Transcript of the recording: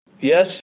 Yes